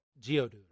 Geodude